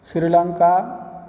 Sri Lanka